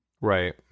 Right